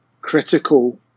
critical